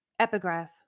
epigraph